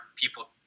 people